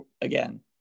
again